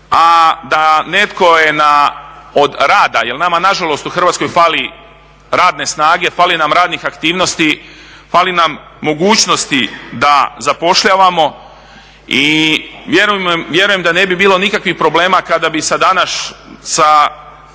a da netko od rada jer nama nažalost u Hrvatskoj fali radne snage, fali nam radne aktivnosti, fali nam mogućnosti da zapošljavamo. I vjerujem da ne bi bilo nikakvih problema kada bi danas